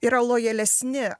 yra lojalesni